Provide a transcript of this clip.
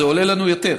זה עולה לנו יותר,